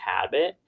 habit